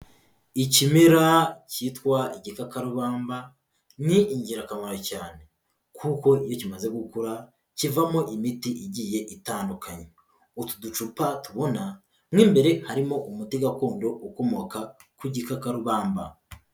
Ikimera kitwa igikakarubamba ni ingirakamaro cyane, kuko iyo kimaze gukura kivamo imiti igiye itandukanye, utu ducupa tubona mo imbere harimo umuti gakondo ukomoka ku gikakarubamba.